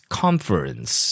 conference